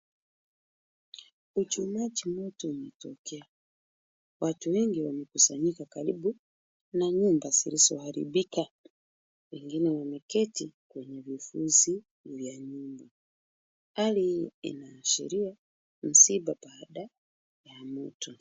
Uchomaji moto umetokea. Watu wengi wamekusanyika karibu na nyumba zilizoharibika. Wengine wameketi kwenye vifusi vya nyumba. Hali hii inaashiria msiba baada ya moto.